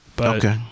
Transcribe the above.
Okay